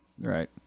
right